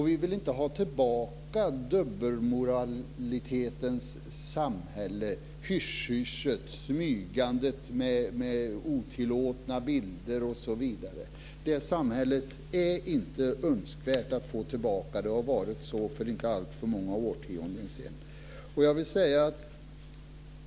Vi vill inte ha tillbaka dubbelmoralitetens samhälle - hysch-hyschet, smygandet med otillåtna bilder osv. Det samhället är inte önskvärt att få tillbaka. Det har varit så för inte alltför många årtionden sedan.